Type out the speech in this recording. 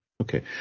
Okay